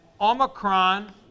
omicron